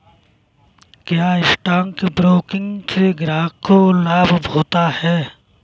क्या stock broking से ग्राहक को लाभ होता है?